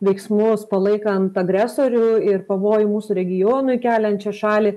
veiksmus palaikant agresorių ir pavojų mūsų regionui keliančią šalį